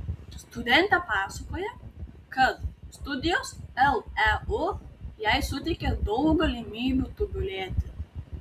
studentė pasakoja kad studijos leu jai suteikia daug galimybių tobulėti